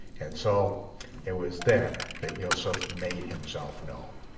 and so it was then that joseph made himself known.